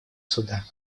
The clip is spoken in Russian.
суда